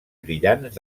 brillants